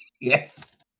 Yes